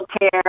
care